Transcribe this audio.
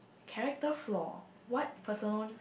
character flaw what personal